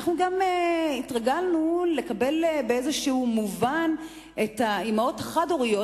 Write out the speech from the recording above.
אנחנו גם התרגלנו לקבל באיזה מובן את האמהות החד-הוריות,